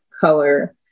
color